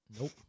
Nope